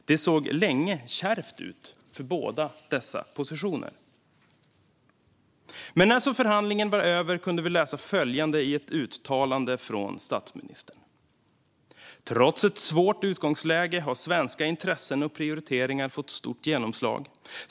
Det såg länge kärvt ut för båda dessa positioner. Men när så förhandlingen var över kunde vi läsa följande i ett uttalande från statsministern: "Trots ett svårt utgångsläge har svenska intressen och prioriteringar fått stort genomslag.